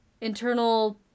internal